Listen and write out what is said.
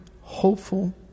hopeful